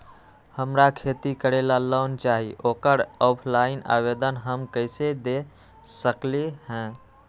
हमरा खेती करेला लोन चाहि ओकर ऑफलाइन आवेदन हम कईसे दे सकलि ह?